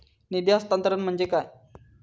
निधी हस्तांतरण म्हणजे काय?